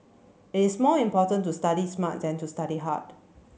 it is more important to study smart than to study hard